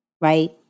Right